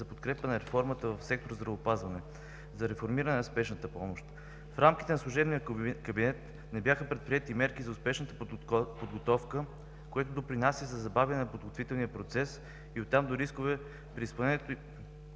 за подкрепа на реформата в сектор „Здравеопазване“ за реформиране на спешната помощ. В рамките на служебния кабинет не бяха предприети мерки за успешната подготовка, което допринася за забавяне на подготвителния процес и оттам до рискове при изпълнението